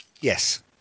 Yes